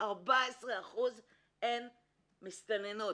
הן מסתננות.